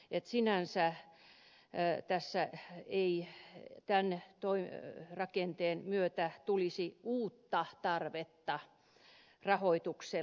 kappaleessa että sinänsä tässä ei tämän rakenteen myötä tulisi uutta tarvetta rahoitukselle